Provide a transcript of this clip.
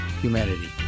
Humanity